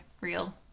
Real